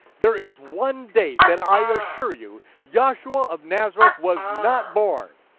there is one date that i assure you, yahshua of nazareth was not born,